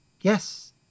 yes